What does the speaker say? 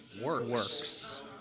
works